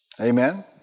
Amen